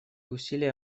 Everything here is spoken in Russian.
усилия